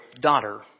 Daughter